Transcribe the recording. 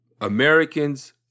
Americans